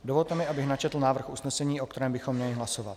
Dovolte mi, abych načetl návrh usnesení, o kterém bychom měli hlasovat.